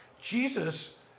Jesus